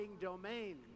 domain